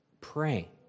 pray